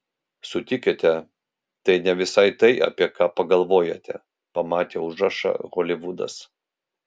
sutikite tai ne visai tai apie ką pagalvojate pamatę užrašą holivudas